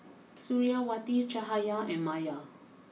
Suriawati Cahaya and Maya